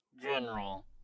General